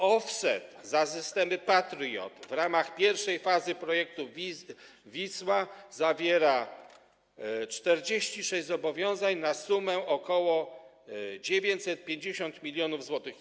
Offset za systemy Patriot w ramach pierwszej fazy projektu „Wisła” zawiera 46 zobowiązań na sumę ok. 950 mln zł.